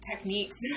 Techniques